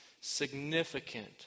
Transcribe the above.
significant